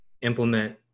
implement